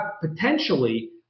potentially